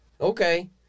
Okay